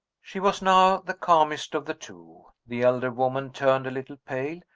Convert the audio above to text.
she was now the calmest of the two. the elder woman turned a little pale,